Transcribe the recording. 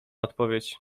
odpowiedź